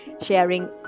sharing